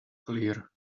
clear